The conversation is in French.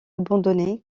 abandonné